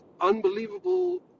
unbelievable